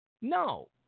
no